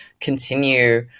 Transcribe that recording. continue